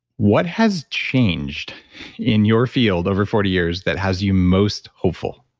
what has changed in your field over forty years that has you most hopeful?